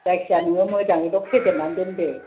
जायखिजाया नोङो मोजाङैल' फेदेरनानै दोनदो